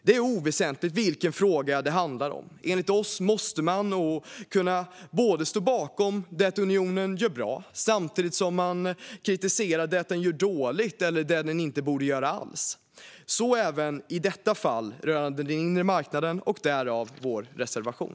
Det är oväsentligt vilken fråga det handlar om; enligt oss måste man kunna stå bakom det unionen gör bra samtidigt som man kritiserar det den gör dåligt eller inte borde göra alls. Så även i detta fall rörande den inre marknaden, och därav vår reservation.